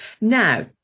Now